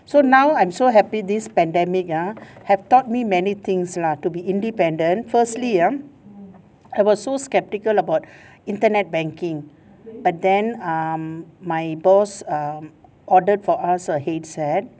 so now I'm so happy this pandemic ah have taught me many things lah to be independent firstly ah I was so skeptical about internet banking but then um my boss um ordered for us a headset